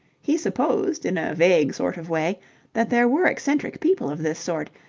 he supposed in a vague sort of way that there were eccentric people of this sort,